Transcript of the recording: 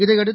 இதையடுத்து